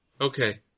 Okay